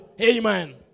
Amen